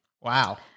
wow